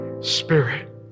Spirit